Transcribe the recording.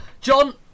John